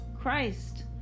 Christ